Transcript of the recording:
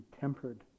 tempered